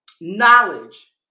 knowledge